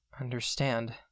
understand